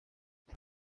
ari